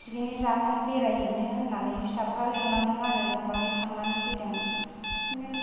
picnic जानो बेरायहैनो होननानै फिसाफ्रा लेंलांदों आरो जों बेहाय थांनानै फैदों